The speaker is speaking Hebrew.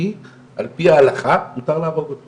כי על פי ההלכה מותר להרוג אותו